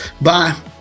bye